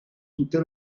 tutte